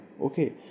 Okay